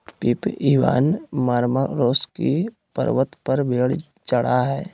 Pip Ivan Maramarosky पर्वत पर भेड़ चरा हइ